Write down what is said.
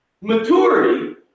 Maturity